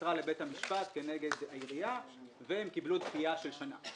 עתרה לבית המשפט כנגד העירייה והם קיבלו דחייה של שנה.